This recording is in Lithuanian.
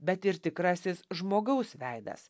bet ir tikrasis žmogaus veidas